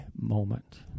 moment